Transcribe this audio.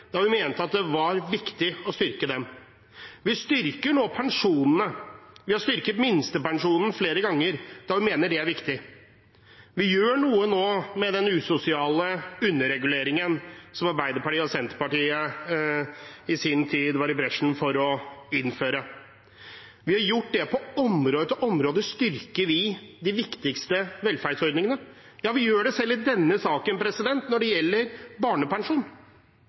da vi mente at det var viktig å styrke den. Vi styrker nå pensjonene, og vi har styrket minstepensjonen flere ganger, da vi mener det er viktig. Vi gjør noe nå med den usosiale underreguleringen som Arbeiderpartiet og Senterpartiet i sin tid gikk i bresjen for å innføre. På område etter område styrker vi de viktigste velferdsordningene – ja, vi gjør det selv i denne saken, når det gjelder barnepensjon.